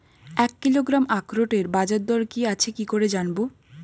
এক কিলোগ্রাম আখরোটের বাজারদর কি আছে কি করে জানবো?